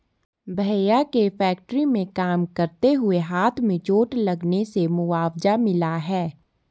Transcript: भैया के फैक्ट्री में काम करते हुए हाथ में चोट लगने से मुआवजा मिला हैं